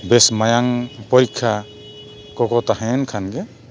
ᱵᱮᱥ ᱢᱟᱭᱟᱝ ᱯᱚᱨᱤᱠᱠᱷᱟ ᱠᱚᱠᱚ ᱛᱟᱦᱮᱸᱱ ᱠᱷᱟᱱ ᱜᱮ